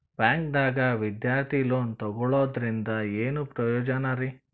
ಬ್ಯಾಂಕ್ದಾಗ ವಿದ್ಯಾರ್ಥಿ ಲೋನ್ ತೊಗೊಳದ್ರಿಂದ ಏನ್ ಪ್ರಯೋಜನ ರಿ?